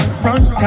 front